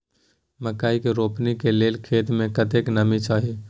मकई के रोपनी के लेल खेत मे कतेक नमी चाही?